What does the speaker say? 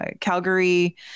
Calgary